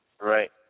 Right